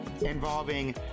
involving